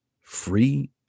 free